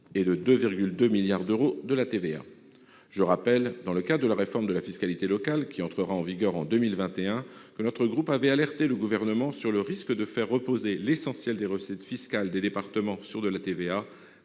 et de 2,2 milliards d'euros de la TVA. Je rappelle que, dans le cadre de la réforme de la fiscalité locale, qui entrera en vigueur en 2021, mon groupe avait alerté le Gouvernement sur le risque de faire reposer l'essentiel des recettes fiscales des départements sur la TVA,